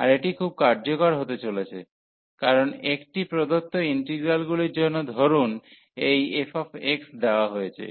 আর এটি খুব কার্যকর হতে চলেছে কারণ একটি প্রদত্ত ইন্টিগ্রালগুলির জন্য ধরুন এই fx দেওয়া হয়েছে